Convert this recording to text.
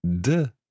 de